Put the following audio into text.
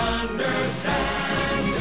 understand